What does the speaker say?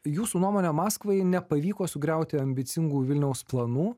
jūsų nuomone maskvai nepavyko sugriauti ambicingų vilniaus planų